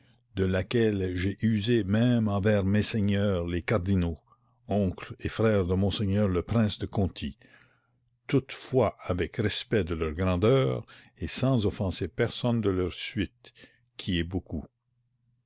de laquelle i'ai vsé mesme enuers messeigneurs les cardinaux oncle et frère de monseigneur le prince de conty toutes fois avec respect de leur grandeur et sans offenser personne de leur suitte qui est beaucoup